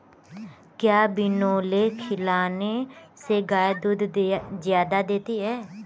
क्या बिनोले खिलाने से गाय दूध ज्यादा देती है?